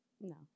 No